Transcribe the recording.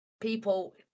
people